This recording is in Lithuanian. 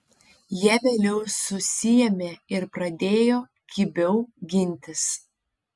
jie vėliau susiėmė ir pradėjo kibiau gintis